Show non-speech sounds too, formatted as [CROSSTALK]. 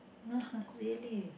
[NOISE] really